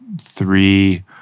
three